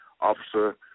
officer